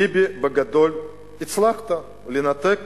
ביבי, בגדול הצלחת לנתק